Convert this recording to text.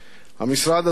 המשרד הזה,